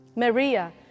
Maria